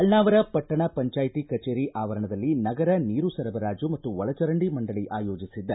ಅಳ್ನಾವರ ಪಟ್ಟಣ ಪಂಚಾಯ್ತಿ ಕಚೇರಿ ಆವರಣದಲ್ಲಿ ನಗರ ನೀರು ಸರಬರಾಜು ಮತ್ತು ಒಳ ಚರಂಡಿ ಮಂಡಳಿ ಆಯೋಜಿಸಿದ್ದ